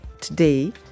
today